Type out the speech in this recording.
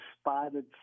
spotted